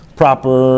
proper